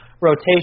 rotation